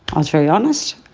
i was very honest,